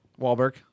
Wahlberg